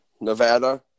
Nevada